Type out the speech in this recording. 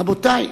רבותי,